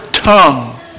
tongue